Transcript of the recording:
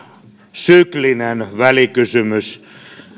syklinen välikysymys